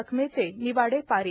रक्कमेचे निवाडे पारित